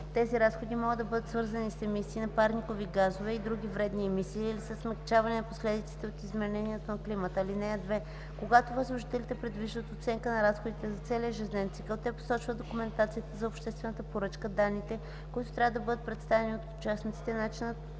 тези разходи могат да бъдат свързани с емисии на парникови газове и други вредни емисии или със смекчаване на последиците от изменението на климата. (2) Когато възложителите предвиждат оценка на разходите за целия жизнен цикъл, те посочват в документацията за обществената поръчка данните, които трябва да бъдат представени от участниците, и начина